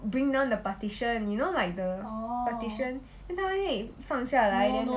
bring down the partition you know like the partition 应该会放下来 then after that